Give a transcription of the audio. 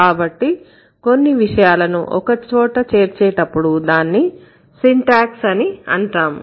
కాబట్టి కొన్ని విషయాలను ఒకచోట చేర్చేటప్పుడు దానిని సింటాక్స్ అని అంటాము